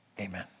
amen